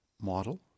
model